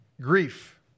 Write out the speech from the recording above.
grief